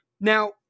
Now